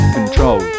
Control